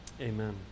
Amen